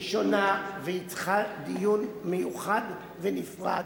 והיא שונה, והיא צריכה דיון מיוחד ונפרד.